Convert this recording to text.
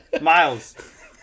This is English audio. miles